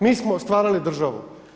Mi smo stvarali državu.